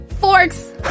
forks